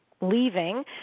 leaving